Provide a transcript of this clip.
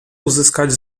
uzyskać